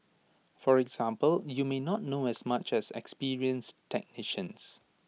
for example you may not know as much as experienced technicians